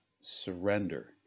surrender